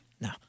No